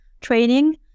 training